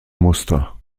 muster